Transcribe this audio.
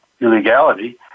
illegality